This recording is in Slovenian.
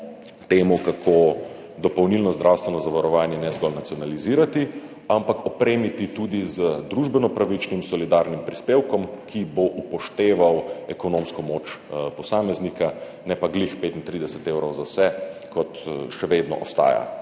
tem, kako dopolnilno zdravstveno zavarovanje ne zgolj nacionalizirati, ampak tudi opremiti z družbeno pravičnim solidarnim prispevkom, ki bo upošteval ekonomsko moč posameznika, ne pa enako 35 evrov za vse, kot še vedno ostaja